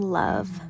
love